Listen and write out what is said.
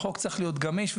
החוק צריך להיות גמיש.